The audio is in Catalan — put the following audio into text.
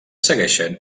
segueixen